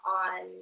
on